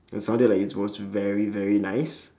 it was sounded like it was very very nice